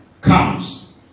comes